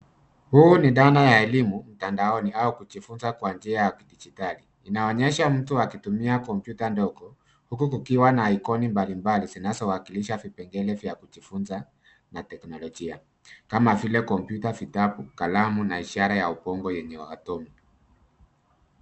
Huu ni dhana ya elimu mtandaoni au kujifunza kwa njia ya kidijitali. Inaonyesha mtu akitumia kompyuta ndogo huku kukiwa na ikoni mbalimbali zinazowakilisha vipengele vya kujifunza na teknolojia kama vile kompyuta, vitabu, kalamu na ishara ya ubongo yenye atomu.